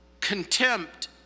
Contempt